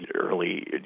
early